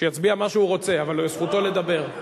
שיצביע מה שהוא רוצה אבל זכותו לדבר.